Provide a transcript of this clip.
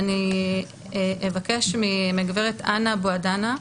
אבקש מהגברת אנה בוהדנה,